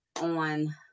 on